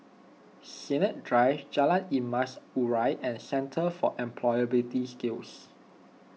Sennett Drive Jalan Emas Urai and Centre for Employability Skills